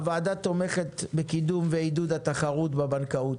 הוועדה תומכת בקידום ועידוד התחרות בבנקאות,